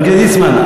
חבר הכנסת ליצמן,